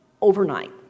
overnight